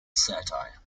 satire